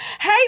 hey